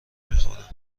میخورن